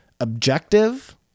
objective